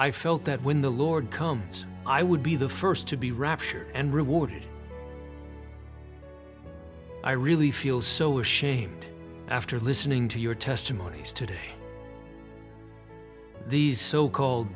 i felt that when the lord comes i would be the first to be raptured and rewarded i really feel so ashamed after listening to your testimonies today these so called